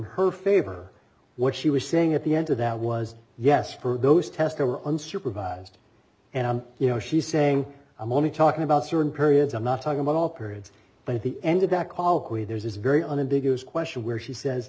her favor what she was saying at the end of that was yes for those test that were unsupervised and you know she's saying i'm only talking about certain periods i'm not talking about all periods but at the end of that call there's this very unambiguous question where she says